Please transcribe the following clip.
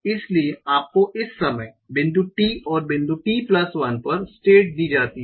इसलिए आपको इस समय बिंदु t और बिंदु t1 पर स्टेट दी जाती है